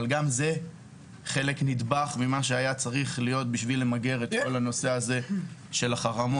אבל גם זה חלק ממה שצריך בשביל למגר את נושא החרמות.